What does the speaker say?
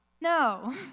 No